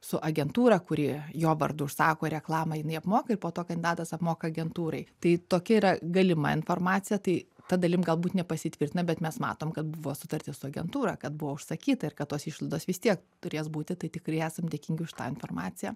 su agentūra kuri jo vardu užsako reklamą jinai apmoka ir po to kandidatas apmoka agentūrai tai tokia yra galima informacija tai ta dalim galbūt nepasitvirtina bet mes matom kad buvo sutartis su agentūra kad buvo užsakyta ir kad tos išlaidos vis tiek turės būti tai tikrai esam dėkingi už tą informaciją